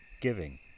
Giving